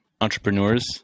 entrepreneurs